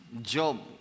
job